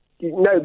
No